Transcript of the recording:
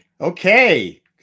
Okay